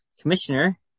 commissioner